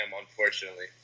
unfortunately